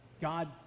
god